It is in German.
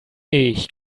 ich